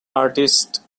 artist